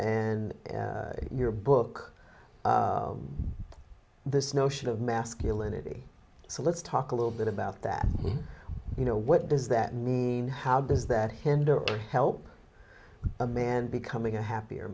and your book this notion of masculinity so let's talk a little bit about that you know what does that mean how does that hinder or help a man becoming a happier